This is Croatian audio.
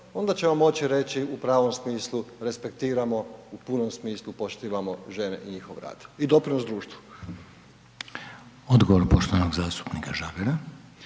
onda ćemo moći reći u pravom smislu resprektiramo, u punom smislu poštivamo žene i njihov rad i doprinos društvu. **Reiner, Željko (HDZ)** Odgovor poštovanog zastupnika Žagara.